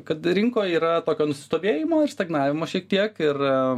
kad rinkoj yra tokio nusistovėjimo ir stagnavimo šiek tiek ir